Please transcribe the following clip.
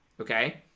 Okay